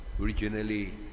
originally